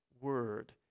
word